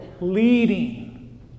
leading